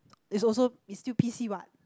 it's also it's still P_C what